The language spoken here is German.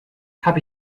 habe